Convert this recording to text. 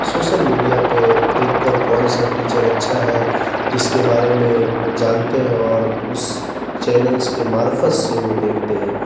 social media پہ دیکھ کر کون سا ٹیچر اچھا ہے جس کے بارے میں وہ جانتے ہیں اور اس چینلس کے معرفت سے وہ دیکھتے ہیں